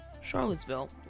Charlottesville